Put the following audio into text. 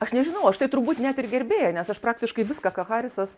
aš nežinau aš tai turbūt net ir gerbėja nes aš praktiškai viską ką harisas